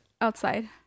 Outside